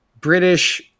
British